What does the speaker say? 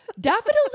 daffodils